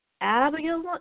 Abigail